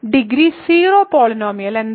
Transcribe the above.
degree 0 polynomial എന്താണ്